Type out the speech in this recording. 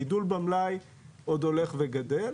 הגידול במלאי עוד הולך וגדל,